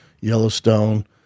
Yellowstone